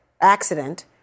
accident